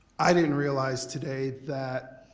i didn't realize today that